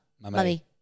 Mummy